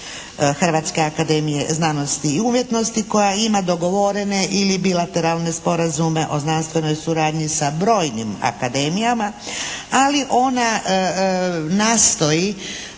Hrvatske akademije znanosti i umjetnosti koja ima dogovorene ili bilateralne sporazume o znanstvenoj suradnji sa brojnim akademijama ali ona nastoji